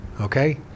Okay